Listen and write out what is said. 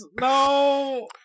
no